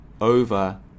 over